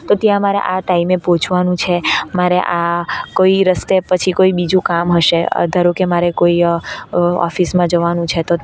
તો ત્યાં મારે આ ટાઈમે પહોંચવાનું છે મારે આ કોઈ રસ્તે પછી કોઈ બીજું કામ હશે ધારો કે મારે કોઈ ઓફિસમાં જવાનું છે તો